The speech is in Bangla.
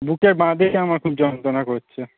বুকের বাঁ দিকে আমার খুব যন্ত্রনা করছে